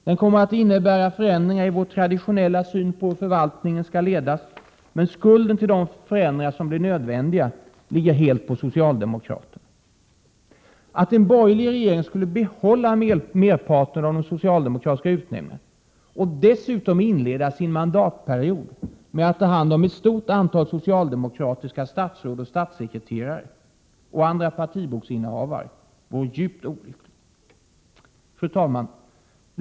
Den kommer att innebära förändringar i vår traditionella syn på hur förvaltningen skall ledas. Skulden till de förändringar som kommer att bli nödvändiga ligger emellertid helt på socialdemokraterna. Att en borgerlig regering skulle behålla merparten av de socialdemokratiska utnämningarna och dessutom inleda sin mandatperiod med att ta hand om ett stort antal socialdemokratiska statsråd, statssekreterare och andra partiboksinnehavare vore djupt olyckligt. Fru talman!